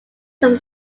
some